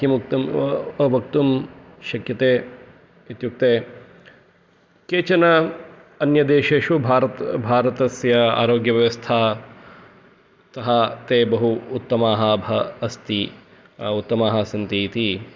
किमुक्तं वक्तुं शक्यते इत्युक्ते केचन अन्यदेशेषु भारतस्य आरोग्यव्यवस्था तथा ते बहु उत्तमाः अस्ति उत्तमाः सन्ति इति